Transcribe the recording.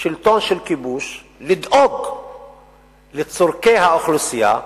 שלטון של כיבוש לדאוג לצורכי האוכלוסייה,